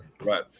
right